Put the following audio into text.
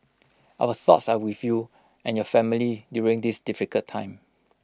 our thoughts are with you and your family during this difficult time